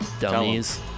Dummies